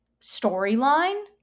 storyline